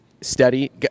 Steady